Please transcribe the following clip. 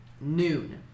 noon